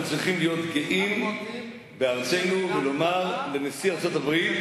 אנחנו צריכים להיות גאים בארצנו ולומר לנשיא ארצות-הברית,